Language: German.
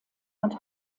und